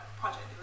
project